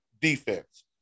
defense